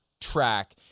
track